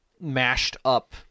mashed-up